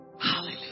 Hallelujah